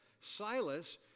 Silas